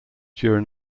during